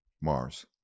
Mars